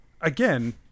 again